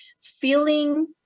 feeling